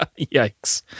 Yikes